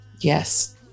Yes